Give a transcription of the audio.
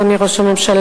אדוני ראש הממשלה,